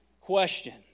question